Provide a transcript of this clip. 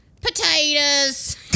Potatoes